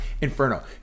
inferno